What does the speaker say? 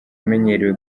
amenyerewe